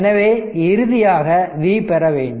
எனவே இறுதியாக V பெற வேண்டும்